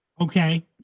okay